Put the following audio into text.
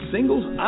Singles